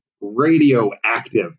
radioactive